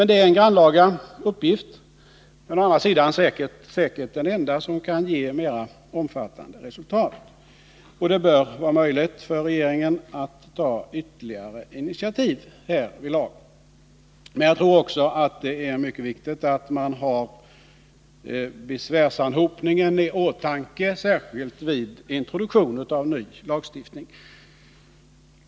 Det är en grannlaga uppgift men å andra sidan säkert den enda som kan ge mera omfattande resultat. Det bör vara möjligt för regeringen att ta ytterligare initiativ härvidlag. Men jag tror också att det är mycket viktigt att man har besvärsanhopningen i åtanke särskilt vid introduktion av ny lagstiftning.